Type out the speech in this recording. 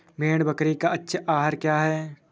भेड़ बकरी का अच्छा आहार क्या है?